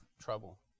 trouble